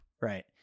Right